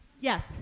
Yes